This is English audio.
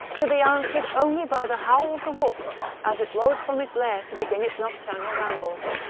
to be answered only by the howl of the wolf as it rose from its lair to begin its nocturnal rambles.